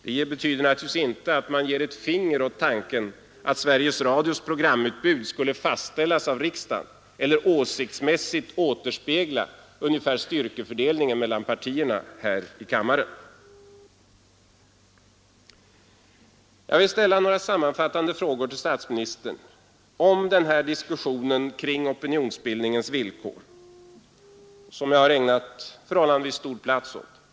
Det betyder naturligtvis inte att man ger ett finger åt tanken att Sveriges Radios programutbud skulle fastställas av riksdagen eller åsiktsmässigt återspegla ungefär styrkefördelningen mellan partierna här i kammaren. Jag vill ställa några sammanfattande frågor till statsministern i den debatt om opinionsbildningens villkor som jag ägnat förhållandevis stor plats i mitt anförande.